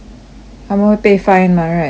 他们会被 pay fine mah right 是不是